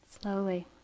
Slowly